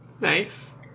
Nice